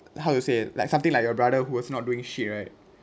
how to say like something like your brother who was not doing shit right